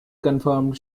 confirmed